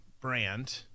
brand